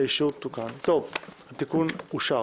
התיקון אושר.